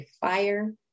Fire